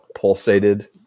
pulsated